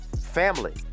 Family